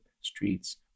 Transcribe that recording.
streets